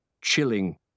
Chilling